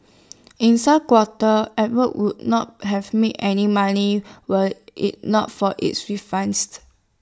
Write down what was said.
in some quarters would not have made any money were IT not for its